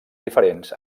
diferents